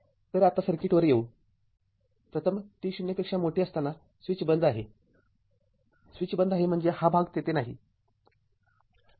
तर आता सर्किटवर येऊ प्रथम t 0 असताना स्विच बंद आहे स्विच बंद आहे म्हणजे हा भाग तेथे नाही